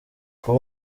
kuba